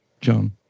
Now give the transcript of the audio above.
John